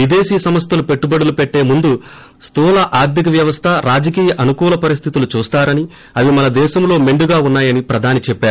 విదేశీ సంస్థలు పెట్టుబడులు పెట్లె ముందు స్టూల ఆర్దిక వ్యవస్థ రాజకీయ అనుకూల పరిస్థితులు చూస్తారని అవి మన దేశం లో మెండుగా వున్నాయని ప్రధాని చెప్పారు